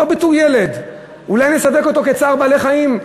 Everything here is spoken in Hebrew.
לא בתור ילד, אולי נסווג אותו כצער בעלי-חיים.